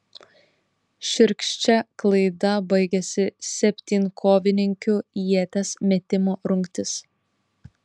šiurkščia klaida baigėsi septynkovininkių ieties metimo rungtis